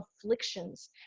afflictions